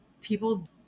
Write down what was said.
people